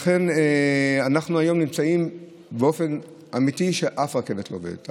לכן אנחנו נמצאים היום באופן אמיתי במצב שבו אף רכבת לא עובדת.